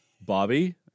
Bobby